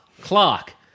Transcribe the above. Clark